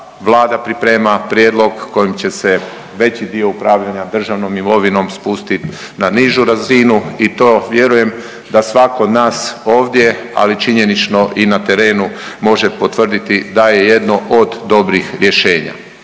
Vlada priprema prijedlog kojim će se veći dio upravljanja državom imovinom spustit na nižu razinu i to vjerujem da svako od nas ovdje ali činjenično i na terenu može potvrditi da je jedno od dobrih rješenja.